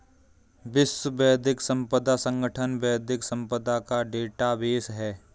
विश्व बौद्धिक संपदा संगठन बौद्धिक संपदा का डेटाबेस है